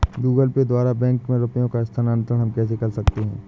Google Pay द्वारा bank में रुपयों का स्थानांतरण हम कैसे कर सकते हैं?